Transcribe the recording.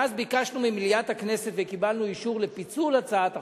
ואז ביקשנו ממליאת הכנסת וקיבלנו אישור לפיצול הצעת החוק,